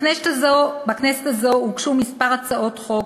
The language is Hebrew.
בכנסת הזאת הוגשו כמה הצעת חוק,